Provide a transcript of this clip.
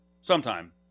sometime